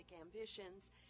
ambitions